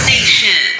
Nation